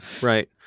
Right